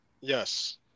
Yes